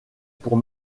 pour